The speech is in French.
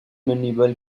animal